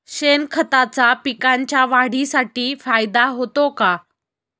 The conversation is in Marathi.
शेणखताचा पिकांच्या वाढीसाठी फायदा होतो का?